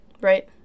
Right